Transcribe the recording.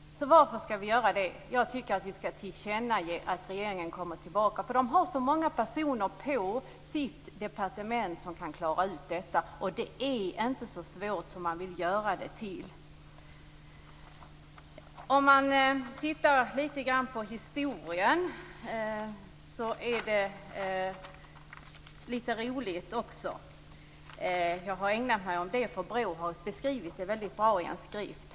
Varför skall vi göra det? Jag tycker att vi skall tillkännage att regeringen kommer tillbaka. Det finns så många personer på departementet som kan klara ut detta. Det är inte så svårt som man vill göra det till. Det är lite roligt också historiskt. Jag har ägnat mig åt det för BRÅ har beskrivit det väldigt bra i en skrift.